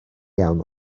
iawn